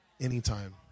Anytime